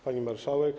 Pani Marszałek!